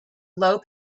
low